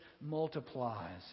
multiplies